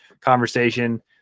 conversation